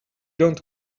don’t